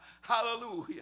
Hallelujah